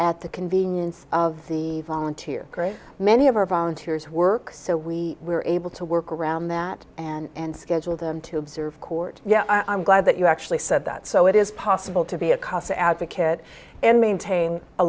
at the convenience of the volunteer group many of our volunteers work so we were able to work around that and schedule them to observe court yeah i'm glad that you actually said that so it is possible to be a casa advocate and maintain a